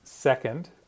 Second